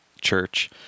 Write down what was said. church